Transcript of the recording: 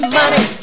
money